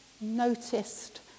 noticed